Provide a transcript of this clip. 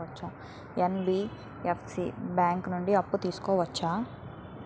NBFC bank నుండి అప్పు తీసుకోవచ్చా?